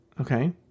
Okay